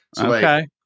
Okay